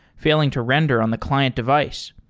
failing to render on the client device.